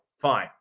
fine